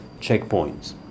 checkpoints